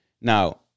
Now